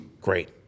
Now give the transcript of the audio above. great